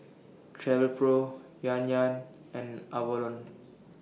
Travelpro Yan Yan and Avalon